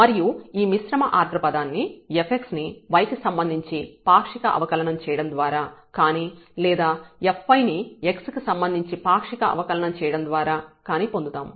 మరియు ఈ మిశ్రమ ఆర్డర్ పదాన్ని fx ని y కి సంబంధించి పాక్షిక అవకలనం చేయడం ద్వారా కానీ లేదా fy ని x కి సంబంధించి పాక్షిక అవకలన చేయడం ద్వారా కానీ పొందుతాము